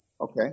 Okay